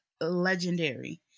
legendary